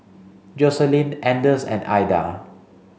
Joselin Anders and Aida